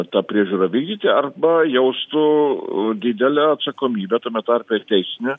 tą priežiūrą vykdyti arba jaustų didelę atsakomybę tame tarpe ir teisinę